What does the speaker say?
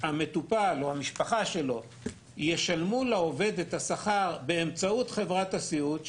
המטופל או המשפחה שלו ישלמו לעובד את השכר באמצעות חברת הסיעוד,